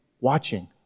watching